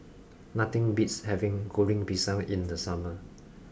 nothing beats having Goreng Pisang in the summer